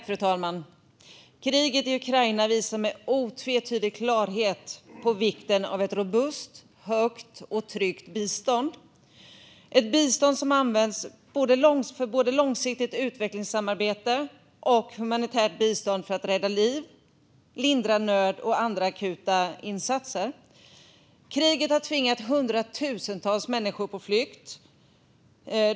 Fru talman! Kriget i Ukraina visar med otvetydig klarhet på vikten av ett robust, högt och tryggt bistånd, ett bistånd som används både för långsiktigt utvecklingssamarbete och humanitärt för att rädda liv, lindra nöd och göra andra akuta insatser. Kriget har tvingat hundratusentals människor på flykt.